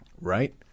Right